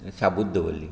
साबूद दवरली